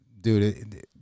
dude